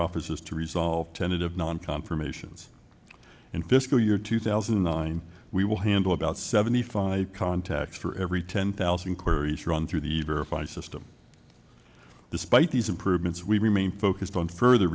offices to resolve tentative non confirmation in fiscal year two thousand and nine we will handle about seventy five contacts for every ten thousand queries run through the verify system despite these improvements we remain focused on further